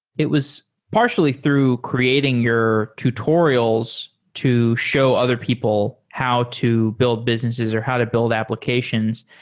it was partially through creating your tutorials to show other people how to build businesses or how to build applications.